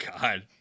God